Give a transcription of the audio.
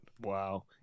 Wow